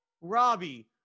Robbie